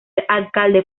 alcalde